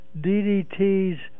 DDT's